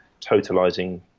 totalizing